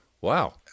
Wow